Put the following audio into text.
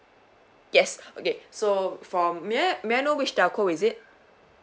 yes okay so from may I may I know which telco is it